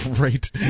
Right